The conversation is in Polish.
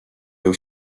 był